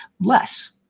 less